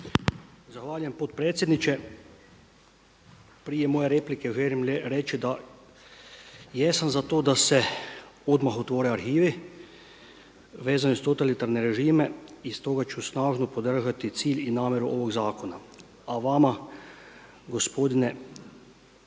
Zahvaljujem potpredsjedniče. Prije moje replike želim reći da jesam za to da se odmah otvore arhivi, vezano uz totalitarne režime i stoga ću snažno podržati cilj i namjeru ovog zakona. A vama gospodine